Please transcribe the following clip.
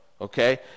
Okay